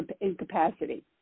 incapacity